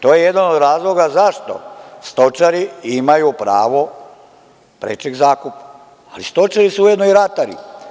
To je jedan od razloga zašto stočari imaju pravo prečeg zakupa, ali stočari su ujedno i ratari.